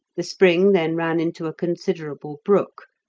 the spring then ran into a considerable brook,